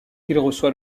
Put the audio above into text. reçoit